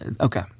Okay